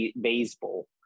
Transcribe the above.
baseball